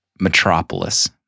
Metropolis